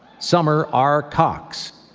summer r. cox,